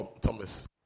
Thomas